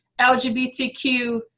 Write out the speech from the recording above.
LGBTQ